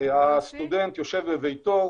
הסטודנט יושב בביתו,